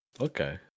Okay